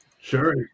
Sure